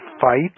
fight